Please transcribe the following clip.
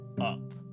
up